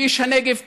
כאיש הנגב,